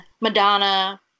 Madonna